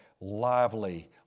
lively